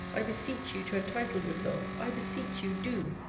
i beseech you to entitle yourself i beseech you, do!